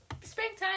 Springtime